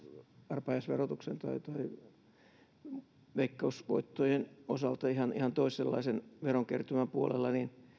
arpajaisverotuksen tai veikkausvoittojen osalta ihan ihan toisenlaisen verokertymän puolella johtaisi hyvin